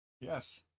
Yes